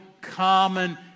common